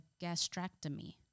gastrectomy